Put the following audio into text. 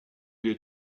les